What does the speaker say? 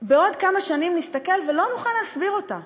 בעוד כמה שנים נסתכל ולא נוכל להסביר אותה.